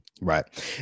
Right